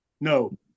No